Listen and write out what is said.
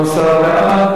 הסדרת עיסוקים הנוגעים